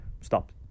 stop